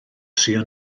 trio